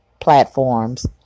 platforms